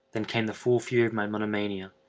then came the full fury of my monomania,